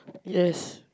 yes